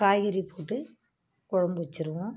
காய்கறி போட்டு குழம்பு வச்சுடுவோம்